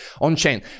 on-chain